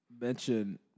mention